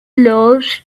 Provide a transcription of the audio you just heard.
loves